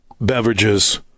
beverages